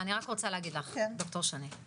אני